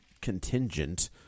contingent